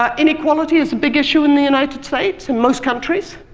um inequality is a big issue in the united states and most countries.